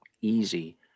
easy